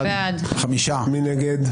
מי נגד?